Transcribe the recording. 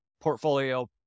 portfolio